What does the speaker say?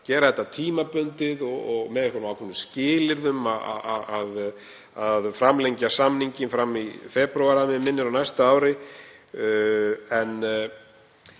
gera þetta tímabundið og með einhverjum ákveðnum skilyrðum, að framlengja samninginn fram í febrúar, að mig minnir, á næsta ári.